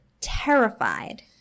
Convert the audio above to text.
terrified